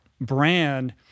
brand